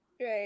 Right